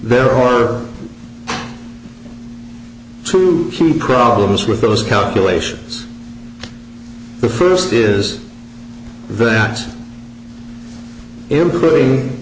there are two problems with those calculations the first is that improving